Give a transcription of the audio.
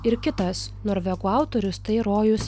ir kitas norvegų autorius tai rojus